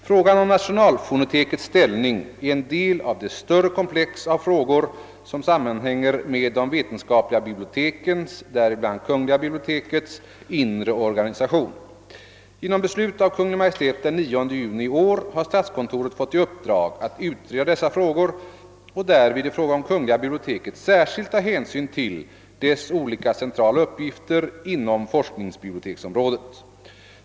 Frågan om nationalfonotekets ställ ning är en del av det större komplex av frågor som sammanhänger med de vetenskapliga = bibliotekens, «däribland kungl. bibliotekets, inre organisation. Genom beslut av Kungl. Maj:t den 9 juni i år har statskontoret fått i uppdrag att utreda dessa frågor och därvid i fråga om kungl. biblioteket särskilt ta hänsyn till dess olika centrala uppgifter inom forskningsbiblioteksområdet.